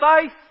faith